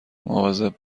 مواظب